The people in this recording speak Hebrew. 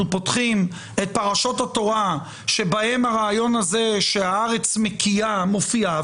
פותחים את פרשות התורה שבהן הרעיון הזה שהארץ מקיאה מופיע,